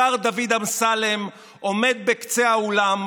השר דוד אמסלם עומד בקצה האולם,